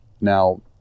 Now